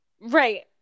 Right